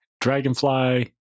Dragonfly